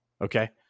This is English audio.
Okay